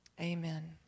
Amen